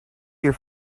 your